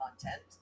content